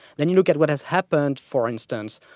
then you look at what has happened, for instance,